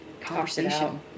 conversation